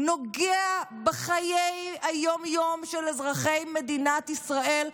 נוגע בחיי היום-יום של אזרחי מדינת ישראל,